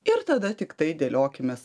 ir tada tiktai dėliokimės